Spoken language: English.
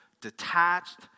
detached